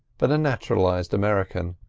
but a naturalised american.